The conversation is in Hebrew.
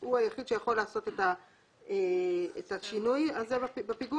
הוא היחיד שיכול לעשות את השינוי הזה בפיגום,